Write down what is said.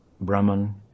Brahman